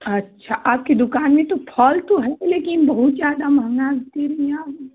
अच्छा आपकी दुक़ान में तो फल तो है लेकिन बहुत ज़्यादा महँगा दे रही हैं आप